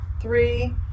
three